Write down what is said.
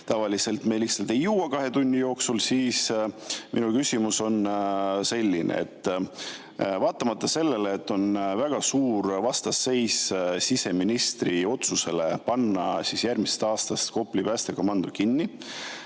tavaliselt me lihtsalt ei jõua kahe tunni jooksul, siis on mul selline küsimus. Vaatamata sellele, et on väga suur vastuseis siseministri otsusele panna järgmisest aastast Kopli päästekomando kinni